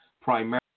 primarily